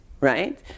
right